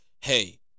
Hey